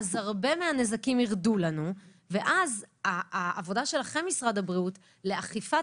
הרבה מהנזקים ירדו לנו ואז העבודה של משרד הבריאות לאכיפת